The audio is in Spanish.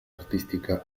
artística